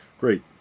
great